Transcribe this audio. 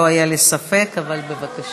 לא היה לי ספק, אבל בבקשה.